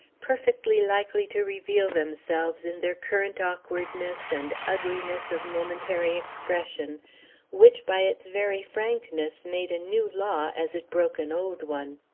perfectly likely to reveal themselves in their current awkwardness and ugliness of momentary expression which, by its very frankness, made a new law as it broke an old one.